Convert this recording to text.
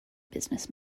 business